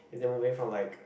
they're moving from like